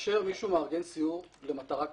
כאשר מישהו מארגן סיור למטרה כספית,